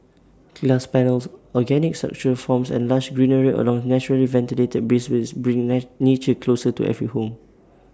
glass panels organic structural forms and lush greenery along naturally ventilated breezeways bring nature closer to every home